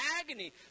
agony